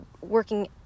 working